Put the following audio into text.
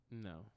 no